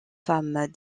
femmes